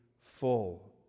full